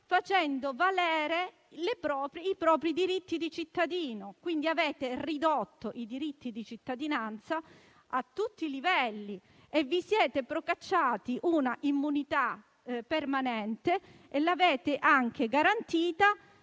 facendo valere i propri diritti di cittadino. Avete quindi ridotto i diritti di cittadinanza a tutti i livelli e vi siete procacciati un'immunità permanente, oltre ad averla garantita